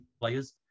players